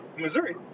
Missouri